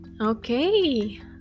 Okay